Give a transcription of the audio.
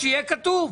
שיהיה כתוב.